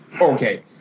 Okay